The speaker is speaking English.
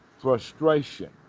frustration